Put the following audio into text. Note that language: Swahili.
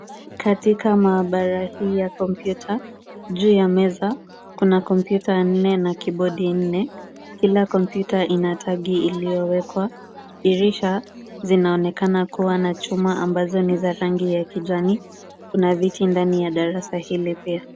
Katika maabara hii ya kompyuta, juu ya meza kuna kompyuta nne na kibodi nne. Kila kompyuta ina tagi iliyowekwa. Dirisha, zinaonekana kuwa na chuma ambazo ni za rangi ya kijani, kuna viti ndani ya darasa hili pia.